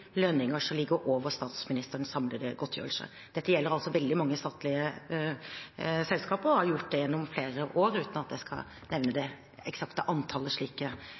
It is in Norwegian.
lønninger som ligger over statsministerens samlede godtgjørelse. Dette gjelder veldig mange statlige selskaper, og har gjort det gjennom flere år uten at jeg skal nevne det eksakte antallet,